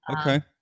Okay